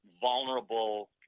vulnerable